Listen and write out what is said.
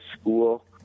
school